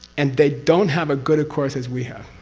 and they don't have a good course as we have.